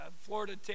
Florida